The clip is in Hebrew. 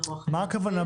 אנחנו אכן נעשה את זה.